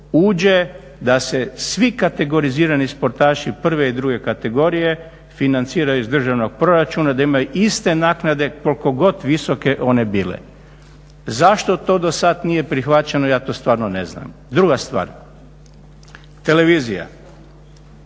uđe da se svi kategorizirani sportaši prve i druge kategorije financiraju iz državnog proračuna, da imaju iste naknade koliko god visoke one bile. Zašto to dosad nije prihvaćeno ja to stvarno ne znam. Druga stvar, televizija,